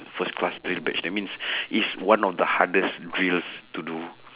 first class drill badge that means it's one of the hardest drills to do